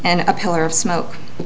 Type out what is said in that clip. and a pillar of smoke